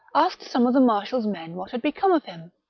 asked some of the marshal's men what had become of him.